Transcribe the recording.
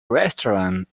restaurant